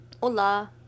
Hola